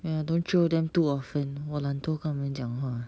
ya don't jio them too often 我懒惰跟他们讲话